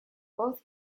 both